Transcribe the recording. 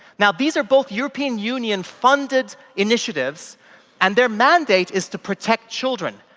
now these are both european union funded initiatives and their mandate is to protect children.